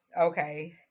Okay